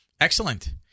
Excellent